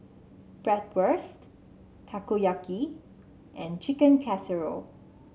Bratwurst Takoyaki and Chicken Casserole